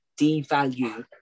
devalue